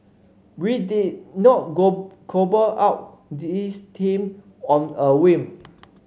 we did not cobble up this team on a whim